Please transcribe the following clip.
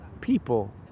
people